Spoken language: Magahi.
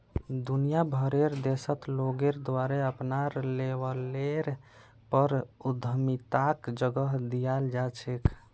दुनिया भरेर देशत लोगेर द्वारे अपनार लेवलेर पर उद्यमिताक जगह दीयाल जा छेक